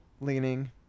leaning